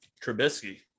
Trubisky